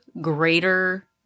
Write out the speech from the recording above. greater